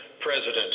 president